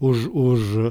už už